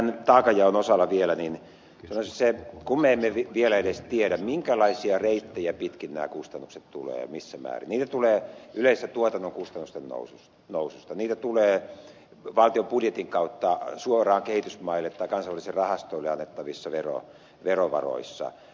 tämän taakanjaon osalta vielä kun me emme vielä edes tiedä minkälaisia reittejä pitkin nämä kustannukset tulevat ja missä määrin niitä tulee yleensä tuotannon kustannusten noususta niitä tulee valtion budjetin kautta suoraan kehitysmaille tai kansallisille rahastoille annettavissa verovaroissa